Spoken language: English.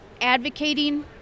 advocating